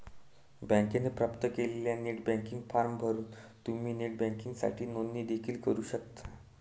बँकेने प्राप्त केलेला नेट बँकिंग फॉर्म भरून तुम्ही नेट बँकिंगसाठी नोंदणी देखील करू शकता